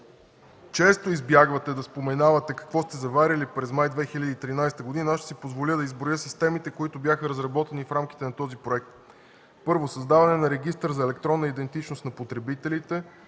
често избягвате да споменавате какво сте заварили през месец май 2013 г., ще си позволя да изброя системите, които бяха разработени в рамките на този проект: Първо, създаване на регистър за електронна идентичност на потребителите;